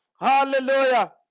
Hallelujah